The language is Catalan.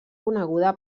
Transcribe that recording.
coneguda